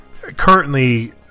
currently